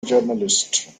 journalist